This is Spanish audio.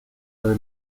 desde